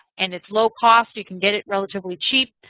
and it's low cost. you can get it relatively cheap.